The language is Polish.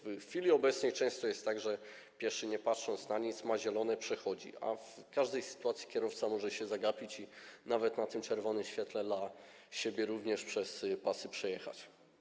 W chwili obecnej często jest tak, że pieszy, nie patrząc na nic, bo ma zielone, przechodzi, a w każdej sytuacji kierowca może się zagapić i nawet na tym czerwonym świetle przez pasy przejechać.